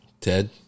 Ted